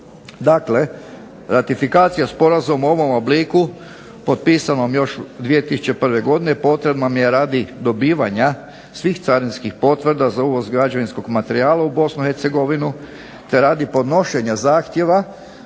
Dakle, ratifikacija sporazuma u ovom obliku potpisanom još 2001. godine potrebno nam je radi dobivanja svih carinskih potvrda za uvoz građevinskog materijala u Bosnu i Hercegovinu, te radi podnošenja zahtjeva